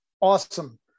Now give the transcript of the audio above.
awesome